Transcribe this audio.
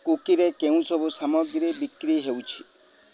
କୁକିରେ କେଉଁସବୁ ସାମଗ୍ରୀ ବିକ୍ରି ହେଉଛି